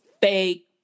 fake